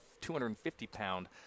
250-pound